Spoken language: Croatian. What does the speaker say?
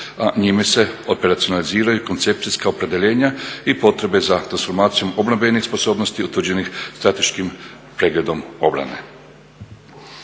a njime se operacionaliziraju koncepcijska opredjeljenja i potrebe za transformacijom obrambenih sposobnosti utvrđenih strateškim pregledom obrane.